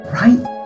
right